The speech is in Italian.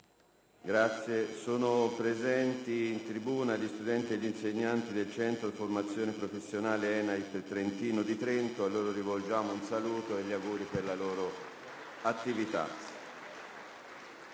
Sono presenti in tribuna gli studenti e gli insegnanti del Centro di formazione professionale ENAIP Trentino di Trento. A loro rivolgiamo un saluto e gli auguri per la loro attività.